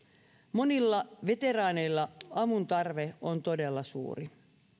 monilla veteraaneilla avun tarve on todella suuri